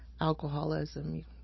alcoholism